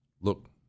Look